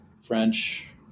French